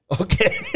Okay